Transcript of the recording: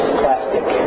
plastic